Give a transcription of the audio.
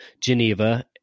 Geneva